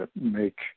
make